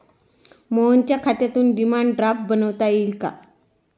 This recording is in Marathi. मोहनच्या खात्यातून डिमांड ड्राफ्ट बनवता येईल का?